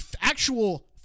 actual